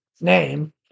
name